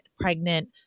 pregnant